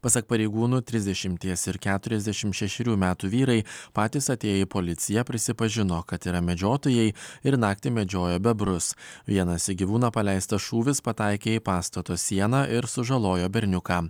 pasak pareigūnų trisdešimties ir keturiasdešimt šešerių metų vyrai patys atėję į policiją prisipažino kad yra medžiotojai ir naktį medžiojo bebrus vienas į gyvūną paleistas šūvis pataikė į pastato sieną ir sužalojo berniuką